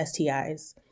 STIs